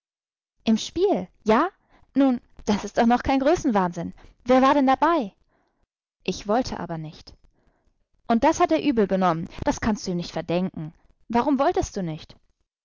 im spiel ja nun das ist doch noch kein größenwahnsinn wer war denn dabei ich wollte aber nicht und das hat er übelgenommen das kannst du ihm nicht verdenken warum wolltest du nicht